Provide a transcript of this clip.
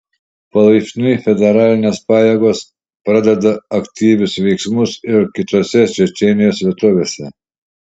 palaipsniui federalinės pajėgos pradeda aktyvius veiksmus ir kitose čečėnijos vietovėse